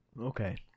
Okay